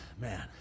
Man